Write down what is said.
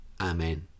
Amen